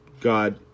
god